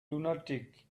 lunatic